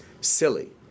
silly